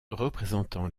représentant